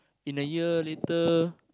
in a year later